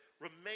Remain